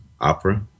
opera